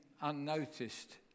unnoticed